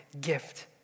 gift